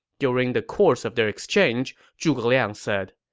during the course of their exchange, zhuge liang said,